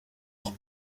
auch